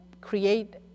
create